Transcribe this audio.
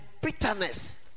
bitterness